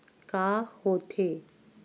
का होथे?